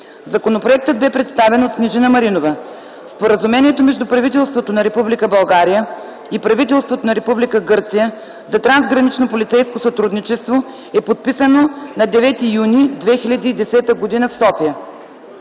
Законопроектът бе представен от Снежина Маринова. Споразумението между правителството на Република България и правителството на Република Гърция за трансгранично полицейско сътрудничество е подписано на 9 юни 2010 г. в София.